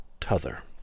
t'other